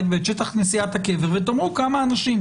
ואת שטח כנסיית הקבר ותאמרו כמה אנשים.